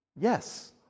Yes